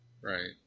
Right